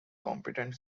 competent